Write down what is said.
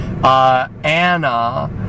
Anna